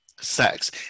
sex